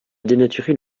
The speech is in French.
dénaturer